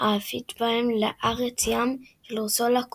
האפית בהם ל"ארץ ים" של אורסולה ק.